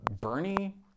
Bernie